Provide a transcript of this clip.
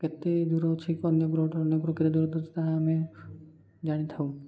କେତେ ଦୂର ଅଛି କି ଅନ୍ୟ ଗ୍ରହ ଠାରୁ ଅନ୍ୟ କେତେ ଦୂରରେ ଅଛି ତାହା ଆମେ ଜାଣିଥାଉ